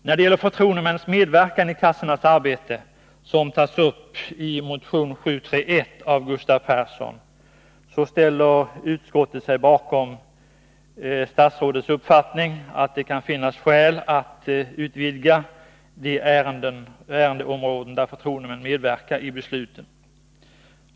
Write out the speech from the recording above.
När det gäller förtroendemännens medverkan i kassornas arbete, som tas upp i motion 731 av Gustav Persson m.fl., ställer utskottet sig bakom statsrådets uppfattning att det kan finnas skäl att utvidga de ärendeområden där förtroendemän medverkar i besluten.